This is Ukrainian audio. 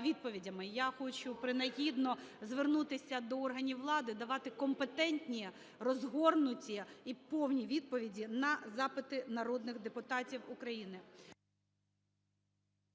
відповідями. Я хочу принагідно звернутися до органів влади давати компетентні, розгорнуті і повні відповіді на запити народних депутатів України.